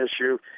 issue